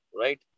right